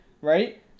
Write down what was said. right